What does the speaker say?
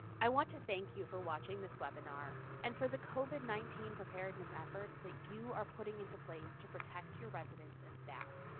i want to thank you for watching this webinar and for the covid nineteen preparedness efforts that you are putting into place to protect your residents and staff.